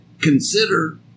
consider